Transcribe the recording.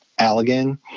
Allegan